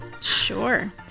Sure